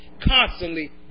constantly